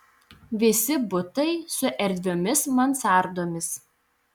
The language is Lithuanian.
visi butai su erdviomis mansardomis